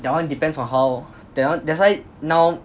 that one depends on how that one that's why now